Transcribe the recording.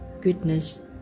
goodness